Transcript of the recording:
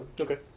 Okay